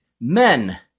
Men